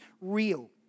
real